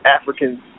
Africans